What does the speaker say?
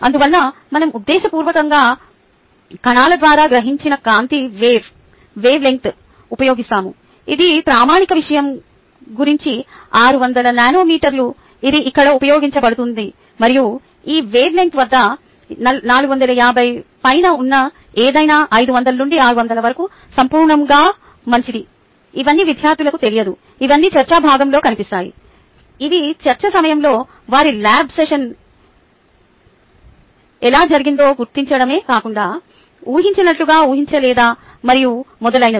అందువల్ల మనం ఉద్దేశపూర్వకంగా కణాల ద్వారా గ్రహించని కాంతి వేవ్ లెన్త్ ఉపయోగిస్తాము ఇది ప్రామాణిక విషయం గురించి 600 నానోమీటర్లు ఇది ఇక్కడ ఉపయోగించబడుతుంది మరియు ఈ వేవ్ లెన్త్ వద్ద 450 పైన ఉన్న ఏదైనా 500 నుండి 600 వరకు సంపూర్ణంగా మంచిది ఇవన్నీ విద్యార్థులకు తెలియదు ఇవన్నీ చర్చా భాగంలో కనిపిస్తాయి ఇవి చర్చా సమయంలో వారి ల్యాబ్ సెషన్ ఎలా జరిగిందో గుర్తించడమే కాకుండా ఊహించినట్లుగా ఊహించలేదా మరియు మొదలైనవి